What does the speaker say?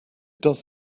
does